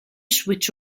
switch